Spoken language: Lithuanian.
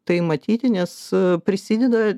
tai matyti nes prisideda